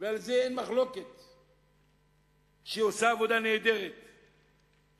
ואין מחלוקת על זה שהיא עושה עבודה נהדרת ומטפלת